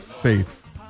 faith